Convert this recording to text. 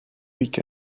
week